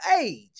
age